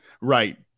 right